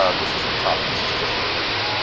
ah this isn't tough, this is tissue paper.